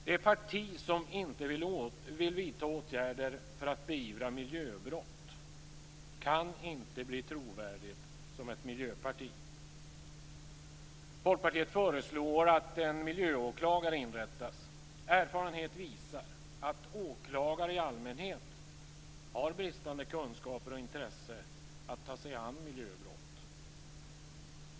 Det parti som inte vill vidta åtgärder för att beivra miljöbrott kan inte bli trovärdigt som miljöparti. Folkpartiet föreslår att en miljöåklagare inrättas. Erfarenhet visar att åklagare i allmänhet har bristande kunskaper och intresse att ta sig an miljöbrott.